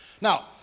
Now